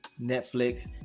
netflix